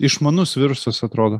išmanus virusas atrodo